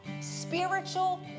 spiritual